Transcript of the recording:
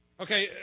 Okay